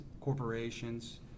corporations